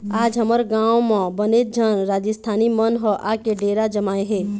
आज हमर गाँव म बनेच झन राजिस्थानी मन ह आके डेरा जमाए हे